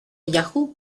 yahoo